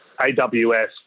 AWS